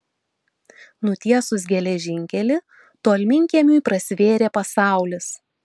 nutiesus geležinkelį tolminkiemiui prasivėrė pasaulis